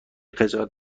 خجالت